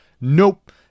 nope